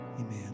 Amen